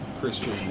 Christian